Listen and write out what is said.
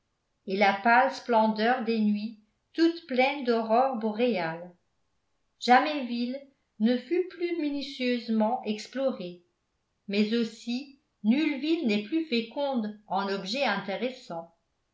et la pâle splendeur des nuits toutes pleines d'aurores boréales jamais ville ne fut plus minutieusement explorée mais aussi nulle ville n'est plus féconde en objets intéressants